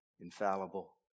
infallible